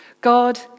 God